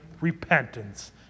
repentance